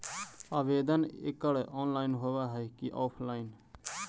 आवेदन एकड़ ऑनलाइन होव हइ की ऑफलाइन?